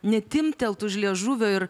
netimptelt už liežuvio ir